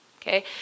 Okay